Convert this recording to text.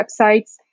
websites